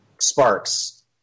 Sparks